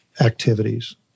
activities